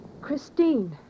Christine